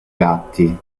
gatti